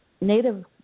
Native